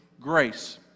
grace